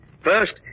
First